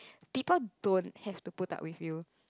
people don't have to put up with you